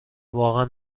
واقعا